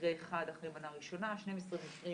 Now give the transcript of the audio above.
מקרה אחד אחרי מנה ראשונה, 12 מקרים